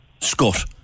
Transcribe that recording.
Scott